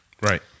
Right